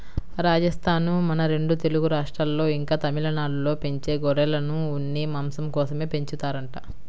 రాజస్థానూ, మన రెండు తెలుగు రాష్ట్రాల్లో, ఇంకా తమిళనాడులో పెంచే గొర్రెలను ఉన్ని, మాంసం కోసమే పెంచుతారంట